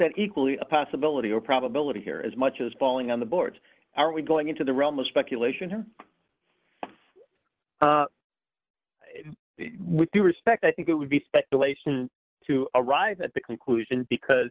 that equally a possibility or probability here as much as falling on the board are we going into the realm of speculation here with the respect i think it would be speculation to arrive at the conclusion because